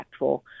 impactful